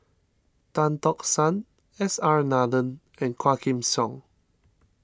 Tan Tock San S R Nathan and Quah Kim Song